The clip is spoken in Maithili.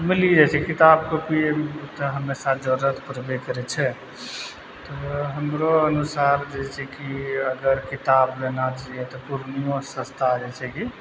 मिल जाइ छै किताब काॅपी तऽ हमेशा जरूरत पड़बे करै छै तऽ हमरो अनुसार जे छै कि अगर किताब लेना छै या तऽ पुर्णियो सस्ता आबै छै कि